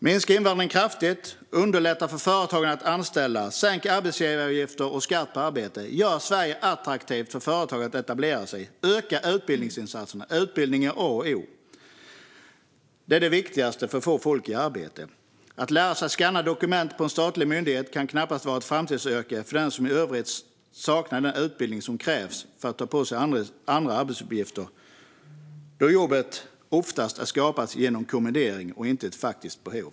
Minska invandringen kraftigt, underlätta för företagen att anställa och sänk arbetsgivaravgifter och skatt på arbete! Gör Sverige attraktivt för företag att etablera sig i, och öka utbildningsinsatserna! Utbildning är A och O. Det är det viktigaste för att få folk i arbete. Att lära sig skanna dokument på en statlig myndighet kan knappast vara ett framtidsyrke för den som i övrigt saknar den utbildning som krävs för att ta på sig andra arbetsuppgifter, då jobbet oftast är skapat genom kommendering och inte ett faktiskt behov.